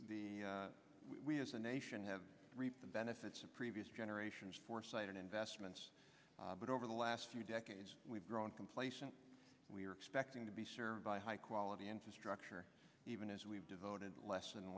that we as a nation have reaped the benefits of previous generations foresight and investments but over the last few decades we've grown complacent we're expecting to be served by high quality infrastructure even as we've devoted less and